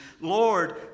Lord